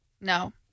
No